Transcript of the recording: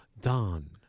Don